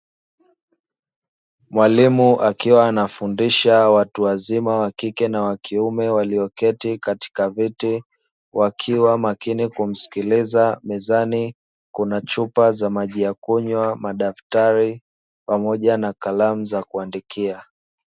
Mwalimu akiwa anafundisha watu wazima wa kike na wa kiume walioketi katika viti, wakiwa makini kumsikiliza, mezani kuna chupa za maji ya kunywa, madaftari, pamoja na kalamu za kuandikia.